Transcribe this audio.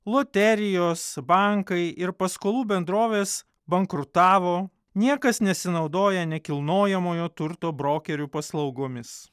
loterijos bankai ir paskolų bendrovės bankrutavo niekas nesinaudoja nekilnojamojo turto brokerių paslaugomis